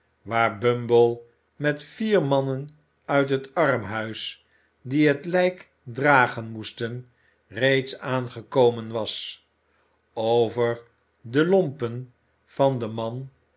waar bumble met vier mannen uit het armhuis die het lijk dragen moesten reeds aangekomen was over de lompen van den man